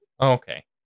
Okay